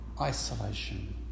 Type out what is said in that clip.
isolation